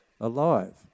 alive